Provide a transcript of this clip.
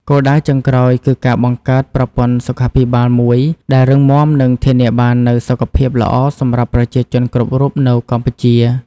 គោលដៅចុងក្រោយគឺការបង្កើតប្រព័ន្ធសុខាភិបាលមួយដែលរឹងមាំនិងធានាបាននូវសុខភាពល្អសម្រាប់ប្រជាជនគ្រប់រូបនៅកម្ពុជា។